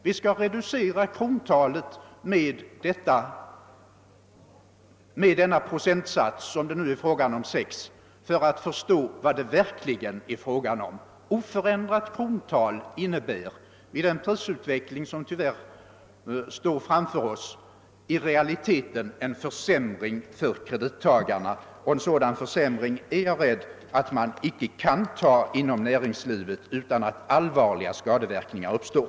Vi skall alltså reducera krontalet med 6 procent — om det nu är frågan om den procentsatsen — för att förstå vad det verkligen gäller. Oförändrat krontal innebär vid den prisutveckling, som vi tyvärr står inför, i realiteten en försämring för kredittagarna, och en sådan försämring är jag rädd att man icke kan ta inom näringslivet utan att allvarliga skadeverkningar uppstår.